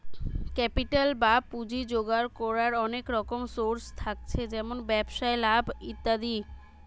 capital বা পুঁজি জোগাড় কোরার অনেক রকম সোর্স থাকছে যেমন ব্যবসায় লাভ ইত্যাদি